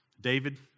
David